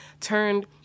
turned